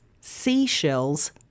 seashells